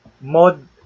mod